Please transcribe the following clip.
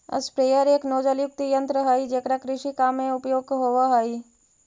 sprayer एक नोजलयुक्त यन्त्र हई जेकरा कृषि काम में उपयोग होवऽ हई